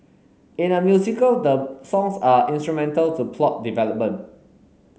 in a musical the songs are instrumental to plot development